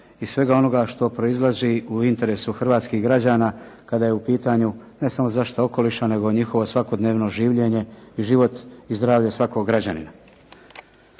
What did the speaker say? i svega onoga što proizlazi u interesu hrvatskih građana kada je u pitanju ne samo zaštita okoliša, nego njihovo svakodnevno življenje i život i zdravlje svakog građanina.